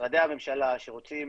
משרדי הממשלה שרוצים